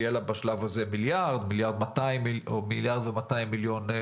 יהיו לה בשלב הזה מיליארד או 1.2 מיליארד שקל,